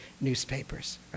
newspapers